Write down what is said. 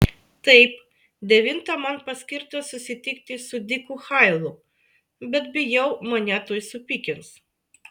taip devintą man paskirta susitikti su diku hailu bet bijau mane tuoj supykins